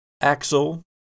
Axel